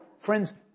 Friends